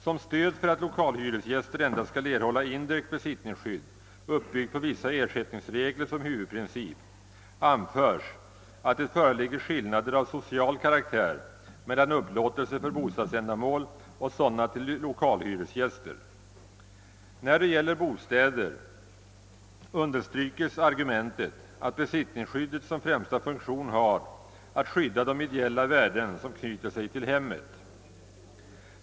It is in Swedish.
Som stöd för att lokalhyresgäster endast skall erhålla indirekt besittningsskydd, uppbyggt på vissa ersättningsregler som huvudprincip, anförs att det föreligger skillnader av social karaktär mellan upplåtelser för bostadsändamål och till lokalhyresgäster. När det gäller bostäder understrykes argumentet att besittningsskyddet som främsta funktion har »att skydda de ideella värden som knyter sig till hemmet».